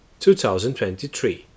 2023